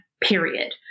Period